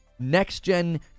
next-gen